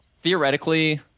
theoretically